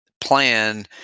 plan